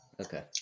Okay